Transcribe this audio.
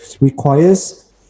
requires